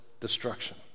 destruction